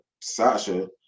sasha